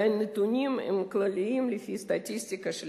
והנתונים הם כלליים לפי הסטטיסטיקה של